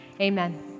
Amen